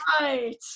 right